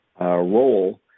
Role